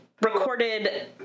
recorded